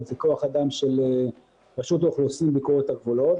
זה כוח אדם של רשות האוכלוסין/ביקורת הגבולות.